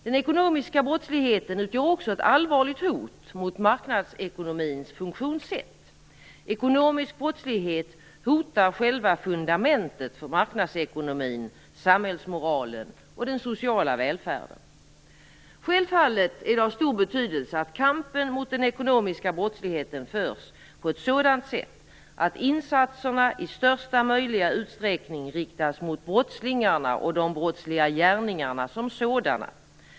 Den ekonomiska brottsligheten utgör också ett allvarligt hot mot marknadsekonomins funktionssätt. Ekonomisk brottslighet hotar själva fundamentet för marknadsekonomin, samhällsmoralen och den sociala välfärden. Självfallet är det av stor betydelse att kampen mot den ekonomiska brottsligheten förs på ett sådant sätt att insatserna i största möjliga utsträckning riktas mot brottslingarna och de brottsliga gärningarna som sådana.